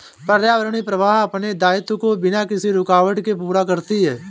पर्यावरणीय प्रवाह अपने दायित्वों को बिना किसी रूकावट के पूरा करती है